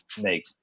make